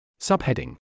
Subheading